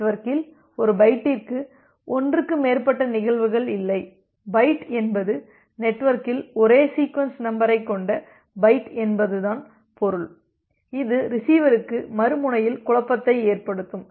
நெட்வொர்க்கில் ஒரு பைட்டிற்கு ஒன்றுக்கு மேற்பட்ட நிகழ்வுகள் இல்லை பைட் என்பது நெட்வொர்க்கில் ஒரே சீக்வென்ஸ் நம்பரைக் கொண்ட பைட் என்பதன் பொருள் இது ரிசீவருக்கு மறுமுனையில் குழப்பத்தை ஏற்படுத்தும்